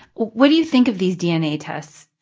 what do you think of these dna tests?